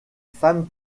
femme